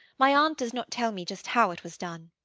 my aunt does not tell me just how it was done.